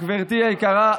גברתי היקרה,